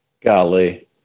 golly